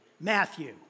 Matthew